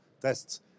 tests